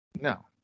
No